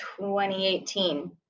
2018